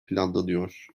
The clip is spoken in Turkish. planlanıyor